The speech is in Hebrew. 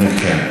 כן.